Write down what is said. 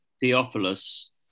Theophilus